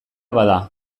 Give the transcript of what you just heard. bada